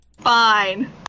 Fine